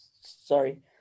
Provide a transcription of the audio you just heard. sorry